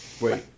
Wait